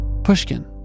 Pushkin